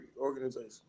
organization